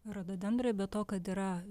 rododendrai be to kad yra